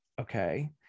okay